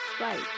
right